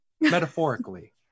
metaphorically